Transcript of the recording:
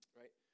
right